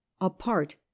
apart